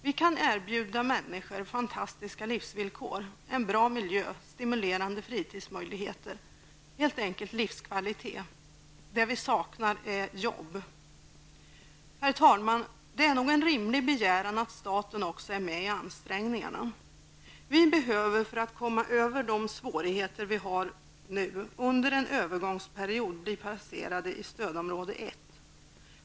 Vi kan erbjuda människor fantastiska livsvillkor, bra miljö, stimulerande fritidsmöjligheter, helt enkelt livskvalitet. Det enda vi saknar är jobb! Herr talman! Det är nog en rimlig begäran att staten deltar i ansträngningarna. Vi behöver för att komma över svårigheterna, under en övergångsperiod bli placerade i stödområde 1.